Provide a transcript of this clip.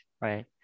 right